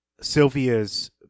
Sylvia's